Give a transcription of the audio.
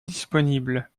disponibles